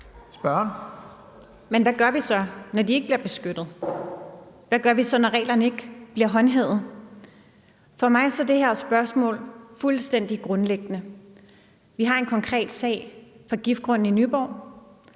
Men hvad gør vi så, når de ikke bliver beskyttet? Hvad gør vi så, når reglerne ikke bliver håndhævet? For mig er det her spørgsmål fuldstændig grundlæggende. Vi har en konkret sag med giftgrunden i Nyborg,